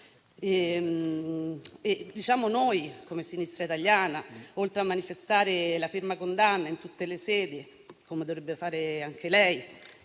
Magherini. Come Sinistra Italiana, oltre a manifestare la ferma condanna in tutte le sedi, come dovrebbe fare anche lei,